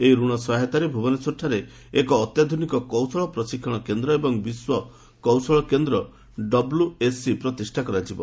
ଏହି ଋଣ ସହାୟତାରେ ଭୁବନେଶ୍ୱରଠାରେ ଏକ ଅତ୍ୟାଧୁନିକ କୌଶଳ ପ୍ରଶିକ୍ଷଣ କେନ୍ଦ୍ର ଏବଂ ବିଶ୍ୱ କୌଶଳ କେନ୍ଦ୍ର ଡବ୍ଲଏସ୍ସି ପ୍ରତିଷ୍ଠା କରାଯିବ